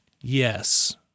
Yes